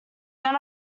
then